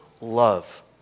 love